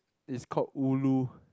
is called ulu